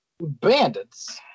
Bandits